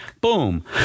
boom